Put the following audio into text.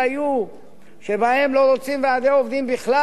ובשל התנאי הזה משרד האוצר עיכב במשך